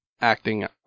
acting